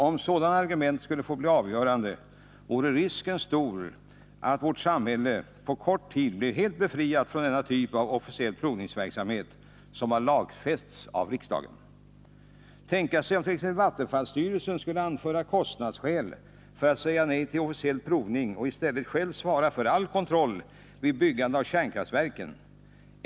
Om sådana argument skulle få bli avgörande vore risken stor att vårt samhälle på kort tid blev helt befriat från denna typ av officiell provningsverksamhet, som har lagfästs av riksdagen. Tänk om t.ex. vattenfallsstyrelsen skulle anföra kostnadsskäl för att säga nej till officiell provning och i stället själv svara för all kontroll vid byggandet av kärnkraftverken!